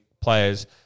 players